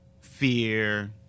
Fear